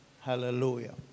Hallelujah